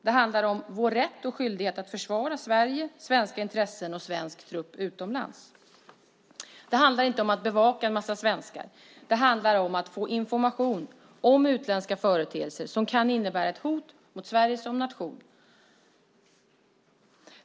Det handlar om vår rätt och skyldighet att försvara Sverige, svenska intressen och svensk trupp utomlands. Det handlar inte om att bevaka en massa svenskar. Det handlar om att få information om utländska företeelser som kan innebära ett hot mot Sverige som nation.